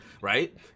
right